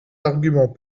arguments